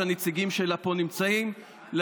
שהנציגים שלה נמצאים פה,